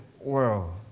world